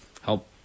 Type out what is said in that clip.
help